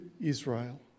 Israel